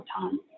time